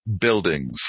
buildings